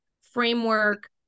framework